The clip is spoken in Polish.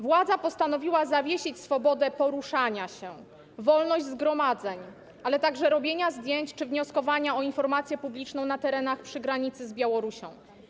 Władza postanowiła zawiesić swobodę poruszania się, wolność zgromadzeń, ale także swobodę robienia zdjęć czy wnioskowania o informację publiczną na terenach przy granicy z Białorusią.